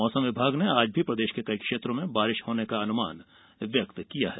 मौसम विभाग ने आज भी प्रदेश के कई क्षेत्रों में बारिश होने का अनुमान व्यक्त किया है